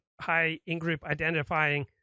high-in-group-identifying